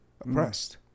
oppressed